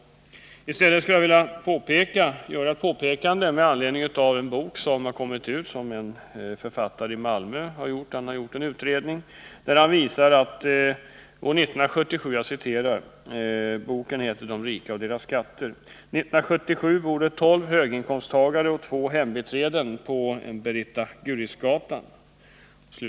Jag skulle i det här sammanhanget vilja peka på vad som anförts i en utredning som gjorts i Malmö och som benämnts ”De rika och deras skatter”. Där sägs att det på Beritta Gurrisgatan år 1977 bodde tolv höginkomsttagare och två hembiträden. Hembiträdena var lågavlönade.